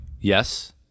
Yes